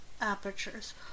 apertures